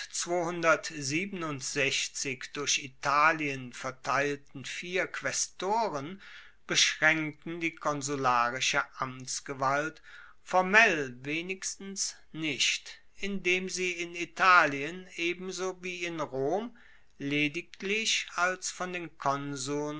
durch italien verteilten vier quaestoren beschraenkten die konsularische amtsgewalt formell wenigstens nicht indem sie in italien ebenso wie in rom lediglich als von den konsuln